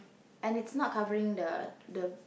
and it's not covering the the